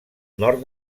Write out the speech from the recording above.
nord